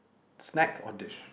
snack or dish